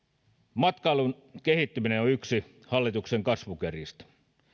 matkailun kehittyminen on yksi hallituksen kasvukärjistä